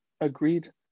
Agreed